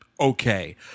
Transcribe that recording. okay